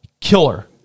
Killer